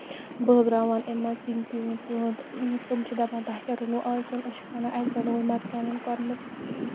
بٲگراوان اَمہِ مںٛزٕ سِنۍ پیوٗت پیوٗنت تِم چھِ دَپان تۄہہِ کیاہ رونو آز سیُن أسۍ چھِکھ ونان اَسہِ بَنوو مَژروانگن کۄرمہٕ